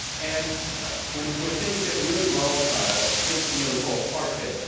and when when things get really volatile, things can really fall apart there.